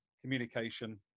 communication